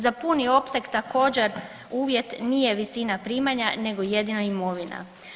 Za puni opseg također uvjet nije visina primanja, nego jedina imovina.